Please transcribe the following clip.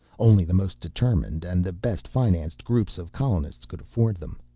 only the most determined and the best financed groups of colonists could afford them.